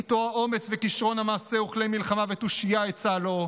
/ איתו האומץ וכישרון המעשה / וכלי מלחמה ותושייה עצה לו.